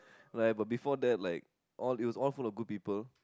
like but before that like all it was all full of good people